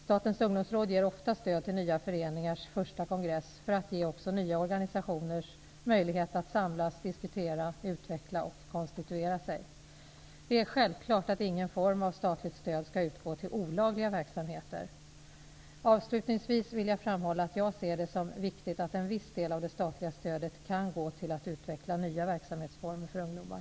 Statens ungdomsråd ger ofta stöd till nya föreningars första kongress för att ge också nya organisationer möjlighet att samlas, diskutera, utveckla och konstituera sig. Det är självklart att ingen form av statligt stöd skall utgå till olagliga verksamheter. Avslutningsvis vill jag framhålla att jag ser det som viktigt att en viss del av det statliga stödet kan gå till att utveckla nya verksamhetsformer för ungdomar.